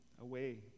away